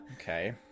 Okay